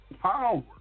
power